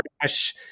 trash